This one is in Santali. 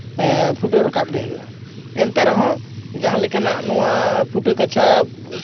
ᱯᱷᱩᱴᱟᱹᱣ ᱨᱟᱠᱟᱵᱽ ᱜᱮ ᱦᱩᱭᱩᱜᱼᱟ ᱮᱱᱛᱮ ᱨᱮᱦᱚᱸ ᱡᱟᱦᱟᱸ ᱞᱮᱠᱟᱱᱟᱜ ᱱᱚᱣᱟ ᱯᱷᱩᱴᱟᱹ ᱠᱟᱪᱷᱟ